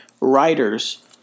writers